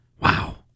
Wow